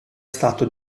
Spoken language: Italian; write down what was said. stato